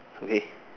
okay